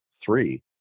three